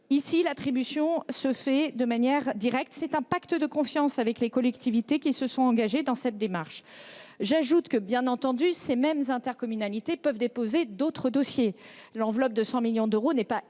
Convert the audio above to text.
vert. L’attribution se fait donc de manière directe. Il s’agit d’un pacte de confiance avec les collectivités qui se sont engagées dans cette démarche. Bien entendu, ces intercommunalités peuvent déposer d’autres dossiers. L’enveloppe de 100 millions d’euros n’est pas